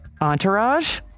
Entourage